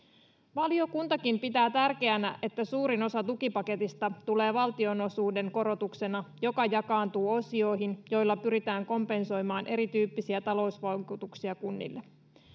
valiokuntakin pitää tärkeänä että suurin osa tukipaketista tulee valtionosuuden korotuksena joka jakaantuu osioihin joilla pyritään kompensoimaan erityyppisiä talousvaikutuksia kunnille